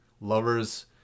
lovers